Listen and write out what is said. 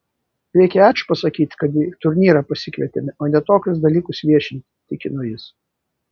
reikia ačiū pasakyti kad į turnyrą pasikvietėme o ne tokius dalykus viešinti tikino jis